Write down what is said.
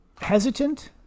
Hesitant